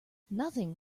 nothing